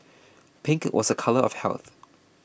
pink was a colour of health